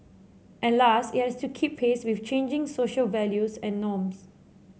and last it has to keep pace with changing social values and norms